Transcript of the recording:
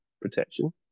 protection